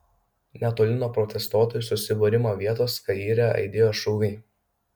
netoli nuo protestuotojų susibūrimo vietos kaire aidėjo šūviai